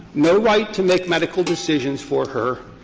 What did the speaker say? no right to make medical decisions for her.